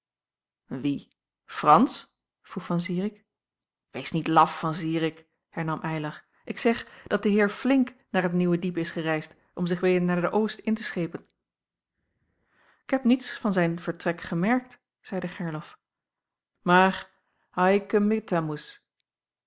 frans vroeg van zirik wees niet laf van zirik hernam eylar ik zeg dat de heer flinck naar t nieuwe diep is gereisd om zich weder naar de oost in te schepen ik heb niets van zijn vertrek gemerkt zeide gerlof maar